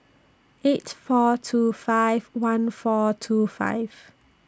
eight four two five one four two five